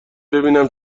ببینم